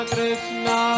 Krishna